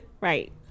Right